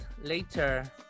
later